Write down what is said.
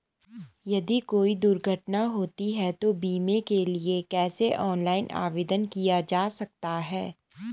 यदि कोई दुर्घटना होती है तो बीमे के लिए कैसे ऑनलाइन आवेदन किया जा सकता है?